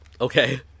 Okay